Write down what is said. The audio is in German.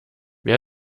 wer